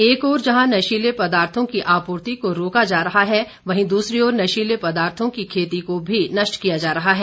एक ओर जहां नशीले पदार्थों की आपूर्ति को रोका जा रहा है वहीं दूसरी ओर नशीले पदार्थों की खेती को भी नष्ट किया जा रहा है